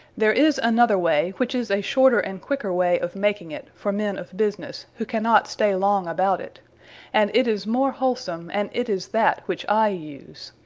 there is another way, which is a shorter and quicker way of making it, for men of businesse, who cannot stay long about it and it is more wholsome and it is that, which i use.